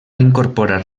incorporar